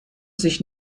sich